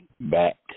back